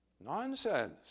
Nonsense